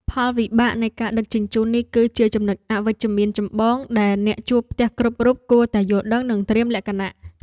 ផលវិបាកនៃការដឹកជញ្ជូននេះគឺជាចំណុចអវិជ្ជមានចម្បងដែលអ្នកជួលផ្ទះគ្រប់រូបគួរតែយល់ដឹងនិងត្រៀមលក្ខណៈ។